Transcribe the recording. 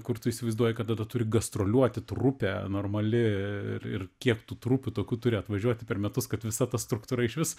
kur tu įsivaizduoji kada ta turi gastroliuoti trupė normali ir kiek tų trupių tokių turi atvažiuoti per metus kad visa ta struktūra išvis